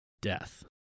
death